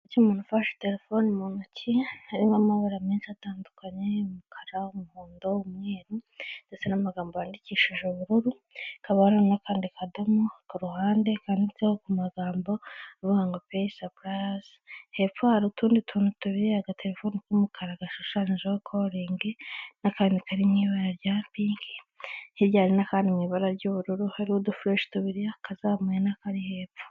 Ikiganza cy’umuntu gifashe telefoni mu ntoki, harimo amabara menshi atandukanye: umukara, umuhondo, umweru, ndetse n’amagambo yandikishije ibara ry’ubururu. Hari akandi akadomo ku ruhande kanditseho amagambo avuga ngo "Pay Suppliers". Hepfo hari utundi tuntu tubiri, kamwe kameze nk’akatelefoni y’umukara kashushanyijeho "Calling", n’akandi kari mu ibara rya pink, kajyanye n’akandi kari mu ibara ry’ubururu. Hari kandi udufure tubiri, kamwe kazamuwe n’akandi kari hepfo.